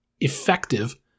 effective